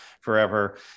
forever